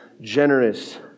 generous